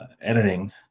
editing